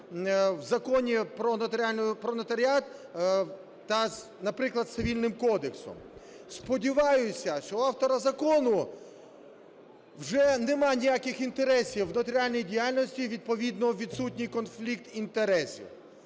в Законі "Про нотаріат", наприклад, з Цивільним кодексом. Сподіваюсь, що в автора закону вже нема ніяких інтересів до нотаріальної діяльності, відповідно відсутній конфлікт інтересів.